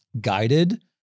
guided